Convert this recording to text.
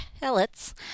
pellets